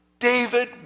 David